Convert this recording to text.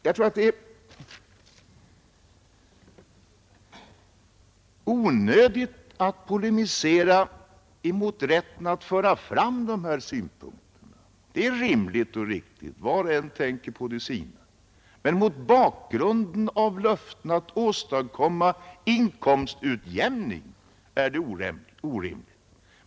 Jag tror det är onödigt att polemisera mot rätten att föra fram dessa synpunkter — det är rimligt och riktigt att var och en tänker på de sina — men mot bakgrunden av löftena att åstadkomma inkomstutjämning är de helt orimliga.